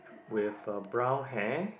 with a brown hair